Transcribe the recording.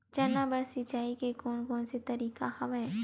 चना बर सिंचाई के कोन कोन तरीका हवय?